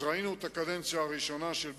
אז ראינו את הקדנציה הראשונה של ביבי,